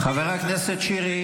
חבר הכנסת שירי.